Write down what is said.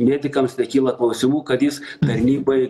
medikams nekyla klausimų kad jis tarnybai